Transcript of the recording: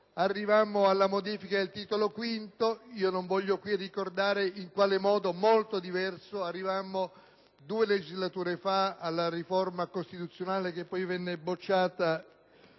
arrivammo alla modifica del Titolo V; non voglio ricordare in quale modo, molto diverso, arrivammo due legislature fa alla riforma costituzionale poi respinta